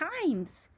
times